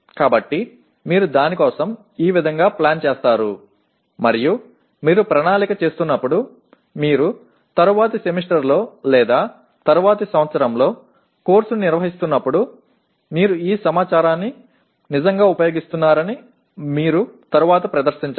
కాబట్టి మీరు దాని కోసం ఈ విధంగా ప్లాన్ చేస్తారు మరియు మీరు ప్రణాళిక చేస్తున్నప్పుడు మీరు తరువాతి సెమిస్టర్లో లేదా తరువాతి సంవత్సరంలో కోర్సును నిర్వహిస్తున్నప్పుడు మీరు ఈ సమాచారాన్ని నిజంగా ఉపయోగిస్తున్నారని మీరు తరువాత ప్రదర్శించాలి